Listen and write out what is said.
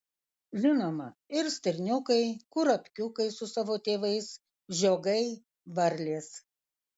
žinoma ir stirniukai kurapkiukai su savo tėvais žiogai varlės